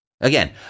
Again